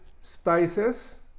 spices